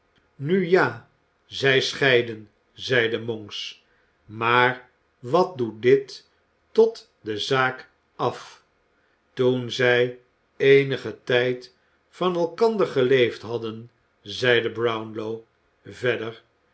nu ja zij scheidden zeide monks maar wat doet dit tot de zaak af toen zij eenigen tijd van elkander geleefd hadden zeide brownlow verder